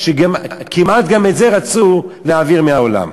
כמעט גם את זה רצו להעביר מהעולם.